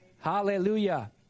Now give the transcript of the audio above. Hallelujah